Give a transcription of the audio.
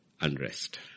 unrest